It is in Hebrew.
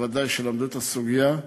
שבוודאי למדו את הסוגיה,